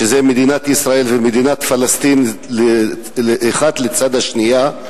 שזה מדינת ישראל ומדינת פלסטין, האחת לצד השנייה,